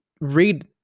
read